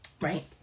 right